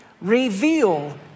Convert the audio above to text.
reveal